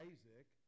Isaac